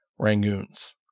rangoons